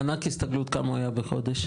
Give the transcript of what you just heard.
מענק הסתגלות כמה היה בחודש?